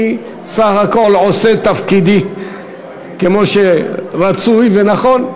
אני בסך הכול עושה את תפקידי כמו שרצוי ונכון.